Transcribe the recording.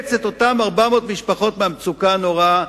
לחלץ את אותן 400 המשפחות מהמצוקה הנוראה,